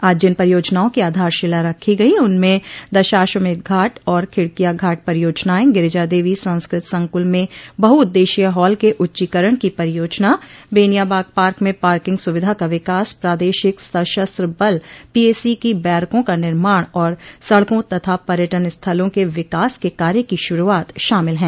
आज जिन परियोजनाओं की आधारशिला रखी गई उनमें दशाश्वमेध घाट और खिड़किया घाट परियोजनाएं गिरिजा देवी संस्कृत संकुल में बहु उद्देश्यीय हॉल के उच्चीकरण की परियोजना बेनियाबाग पार्क म पार्किंग सुविधा का विकास प्रादेशिक सशस्त्र बल पीएसी की बैरकों का निर्माण और सड़कों तथा पर्यटन स्थलों के विकास के कार्य की शुरुआत शामिल हैं